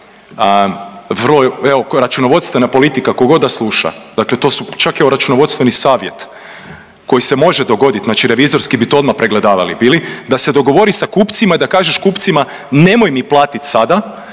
računovodstvena politika tko god da sluša, dakle to su čak je i računovodstveni savjet koji se može dogoditi znači revizorski bi to odmah pregledavali bili da se dogovori sa kupcima i da kažeš kupcima nemoj mi platiti sada,